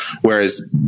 Whereas